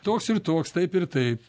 toks ir toks taip ir taip